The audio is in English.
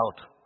out